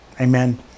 Amen